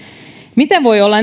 miten voi olla